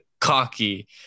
cocky